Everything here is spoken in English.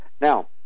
Now